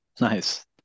Nice